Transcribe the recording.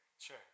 Sure